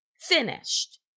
finished